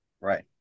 right